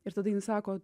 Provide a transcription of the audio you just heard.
ir tada jin sako